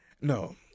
No